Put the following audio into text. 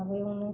माबायावनो